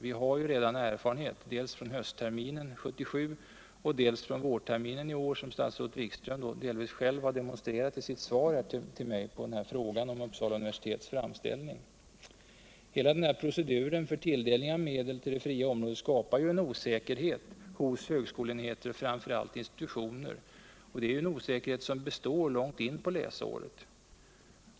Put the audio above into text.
Vi har redan erfarenhet, dels från höstterminen 1977. dels från vårterminen i år, som statsrådet Wikström delvis själv har demonstrerat I sitt svar till mig på min fråga om Uppsala universitets framställning. Hela denna procedur för tilldelning av medel till det fria området skapar en osäkerhet hos högskoleenheter och framför allt institutioner — en osäkerhet som består långt in på läsåret.